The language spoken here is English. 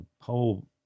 whole